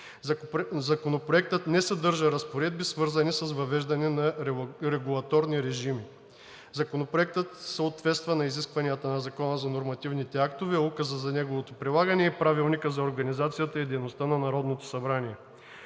Законопроектът не съдържа разпоредби, свързани с въвеждане на регулаторни режими. Законопроектът съответства на изискванията на Закона за нормативните актове, Указа за неговото прилагане и Правилника за организацията и дейността на Народното събрание.